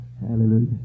Hallelujah